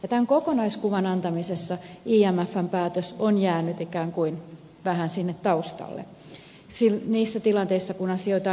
tämän kokonaiskuvan antamisessa imfn päätös on jäänyt ikään kuin vähän sinne taustalle niissä tilanteissa kun asioita on esitelty